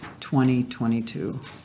2022